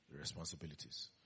responsibilities